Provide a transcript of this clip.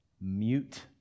mute